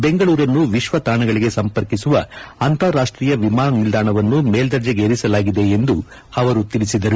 ಬೆಂಗಳೂರನ್ನು ವಿಶ್ವ ತಾಣಗಳಿಗೆ ಸಂಪರ್ಕಿಸುವ ಅಂತಾರಾಷ್ಟೀಯ ವಿಮಾನ ನಿಲ್ದಾಣವನ್ನು ಮೇಲ್ದರ್ಜೆಗೇರಿಸಲಾಗಿದೆ ಎಂದು ಅವರು ತಿಳಿಸಿದರು